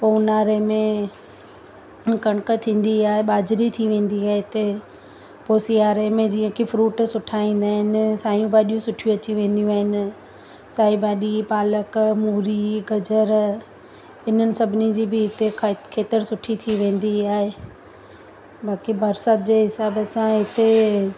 पोइ ऊन्हारे में ऐं कणिक थींदी आहे बाजरी थी वेंदी आहे हिते पोइ सियारे में जीअं की फ्रूट सुठा ईंदा आहिनि साई भाॼियूं सुठियूं अची वेंदियूं आहिनि साई भाॼी पालक मूरी गजरु इन्हनि सभिनी जी बि हिते खे खेतर सुठी थी वेंदी आहे बाक़ी बरसाति जे हिसाब सां हिते